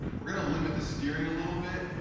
we're going to limit the steering a little bit,